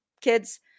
kids